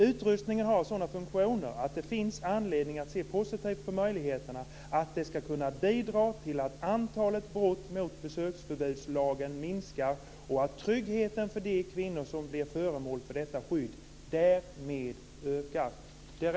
Utrustningen har sådana funktioner att det finns anledning att se positivt på möjligheterna att den ska kunna bidra till att antalet brott mot besöksförbudslagen minskar och att tryggheten för de kvinnor som blir föremål för detta skydd därmed ökar.